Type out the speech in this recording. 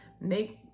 make